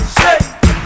shake